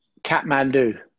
Kathmandu